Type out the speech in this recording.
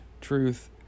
truth